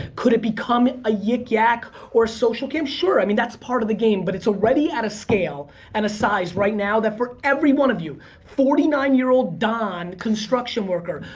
could it become a yik yak or socialcam? sure. i mean that's part of the game but it's already at a scale and a size right now that for every one of you forty nine year old don construction worker.